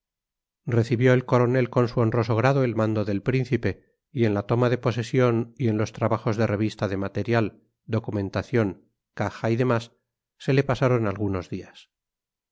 recibió el coronel con su honroso grado el mando del príncipe y en la toma de posesión y en los trabajos de revista de material documentación caja y demás se le pasaron algunos días